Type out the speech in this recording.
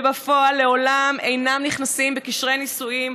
ובפועל לעולם אינם נכנסים בקשרי נישואים